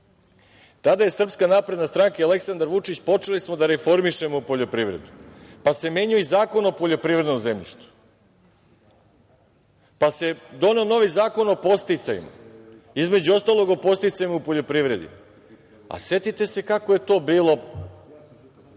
tada je SNS i Aleksandar Vučić počeli smo da reformišemo poljoprivredu, pa se menjao i Zakon o poljoprivrednom zemljištu, pa se doneo novi Zakon o podsticajima. Između ostalog, o podsticajima u poljoprivredi, a setite se kako je to bilo,